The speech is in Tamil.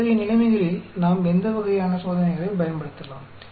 இத்தகைய நிலைமைகளில் நாம் எந்த வகையான சோதனைகளைப் பயன்படுத்தலாம்